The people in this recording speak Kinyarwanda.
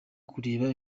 kureba